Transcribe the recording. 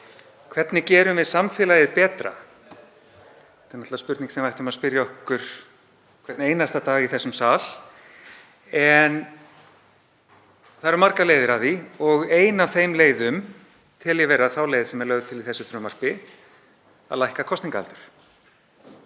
Hvernig gerum við samfélagið betra? Þetta er spurning sem við ættum að spyrja okkur hvern einasta dag í þessum sal. Það eru margar leiðir að því og ein af þeim tel ég vera þá leið sem er lögð til í þessu frumvarpi, að lækka kosningaaldur.